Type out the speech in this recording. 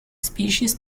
species